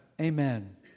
Amen